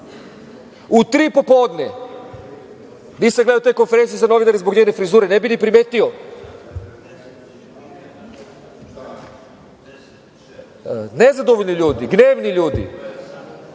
U tri popodne nisam gledao te konferencije za novinare zbog njene frizure, nisam primetio. Nezadovoljni ljudi, gnevni ljudi,